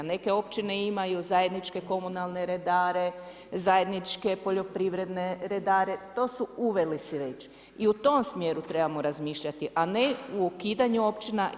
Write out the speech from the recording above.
Neke općine imaju zajedničke komunalne redare, zajedničke poljoprivredne redare, to su uveli si već i u tom smjeru trebamo razmišljati a ne u ukidanju općina.